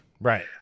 right